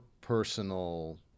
personal